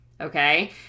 Okay